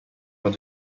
were